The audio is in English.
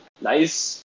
nice